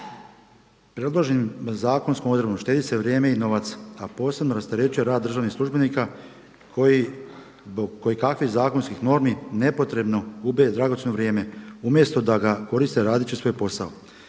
Predloženom zakonskom odredbom štedi se vrijeme i novac, a posebno rasterećuje rad državnih službenika koji zbog kojekakvih zakonskih normi nepotrebno gube dragocjeno vrijeme umjesto da ga koriste radeći svoj posao.